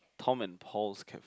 Tom and Pauls cafe